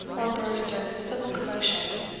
or burst of civil commotion.